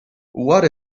what